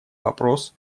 вопрос